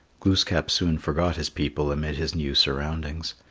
glooskap soon forgot his people amid his new surroundings.